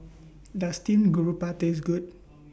Does Steamed Garoupa Taste Good